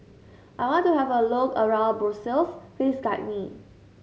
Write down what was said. I want to have a look around Brussels Please guide me